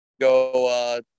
go